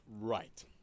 Right